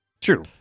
true